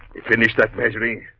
it finished at measuring.